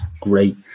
great